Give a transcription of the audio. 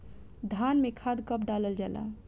धान में खाद कब डालल जाला?